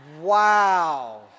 Wow